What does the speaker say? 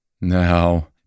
Now